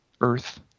Earth